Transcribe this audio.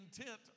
intent